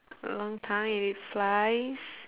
a long tongue it eat flies